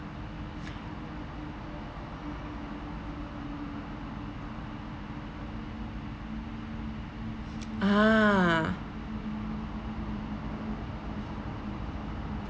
ah